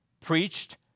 preached